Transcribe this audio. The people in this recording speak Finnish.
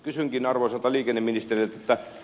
kysynkin arvoisalta liikenneministeriltä